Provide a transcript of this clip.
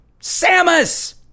Samus